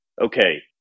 okay